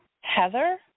Heather